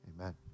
Amen